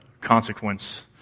consequence